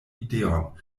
ideon